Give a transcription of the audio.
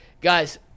guys